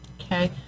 okay